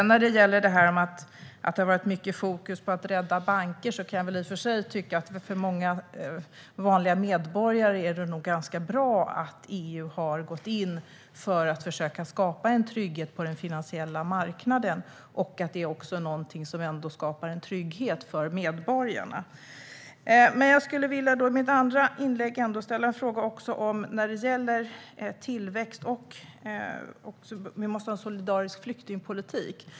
När det gäller detta med att det har varit mycket fokus på att rädda banker kan jag i och för sig tycka att det för många vanliga medborgare nog är ganska bra att EU har gått in för att försöka skapa en trygghet på den finansiella marknaden. Det är också någonting som skapar en trygghet för medborgarna. Men jag skulle i mitt andra inlägg vilja ställa en fråga när det gäller tillväxt och att vi måste ha en solidarisk flyktingpolitik.